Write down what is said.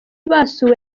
basuwe